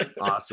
awesome